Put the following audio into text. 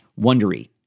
Wondery